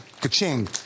ka-ching